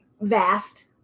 vast